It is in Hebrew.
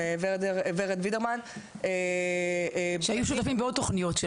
ורד בידרמן --- שהיו שותפים בעוד תוכניות.